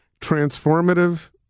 transformative